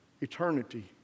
eternity